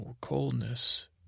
coldness